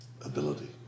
ability